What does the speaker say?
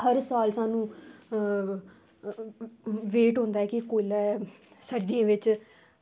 हर साल स्हानू वेट होंदा कि कोलै सर्दियें बिच